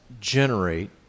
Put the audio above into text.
generate